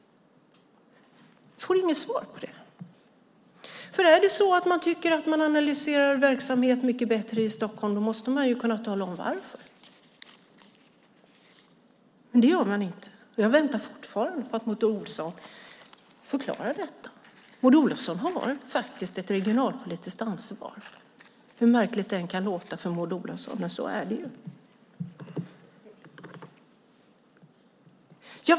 Jag får inget svar på det. Är det så att man tycker att man analyserar en verksamhet mycket bättre i Stockholm måste man ju kunna tala om varför. Men det gör man inte, och jag väntar fortfarande på att Maud Olofsson förklarar detta. Maud Olofsson har faktiskt ett regionalpolitiskt ansvar. Det kan låta märkligt för Maud Olofsson, men så är det ju.